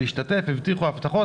להשתתף והבטיחו הבטחות,